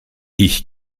ich